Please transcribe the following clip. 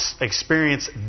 experience